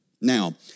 Now